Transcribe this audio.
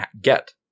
get